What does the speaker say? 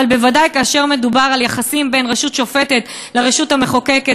אבל בוודאי כאשר מדובר על יחסים בין הרשות השופטת לרשות המחוקקת,